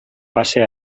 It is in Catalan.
passe